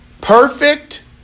perfect